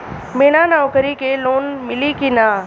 बिना नौकरी के लोन मिली कि ना?